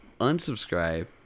unsubscribe